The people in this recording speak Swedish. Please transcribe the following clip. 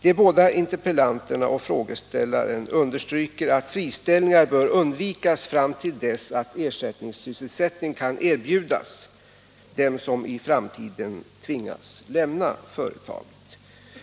De båda interpellanterna och frågeställaren understryker att friställningar bör undvikas fram till dess att ersättningssysselsättning kan erbjudas dem som i framtiden kan tvingas lämna företaget.